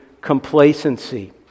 complacency